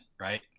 right